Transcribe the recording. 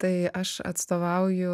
tai aš atstovauju